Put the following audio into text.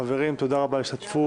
חברים, תודה רבה על ההשתתפות.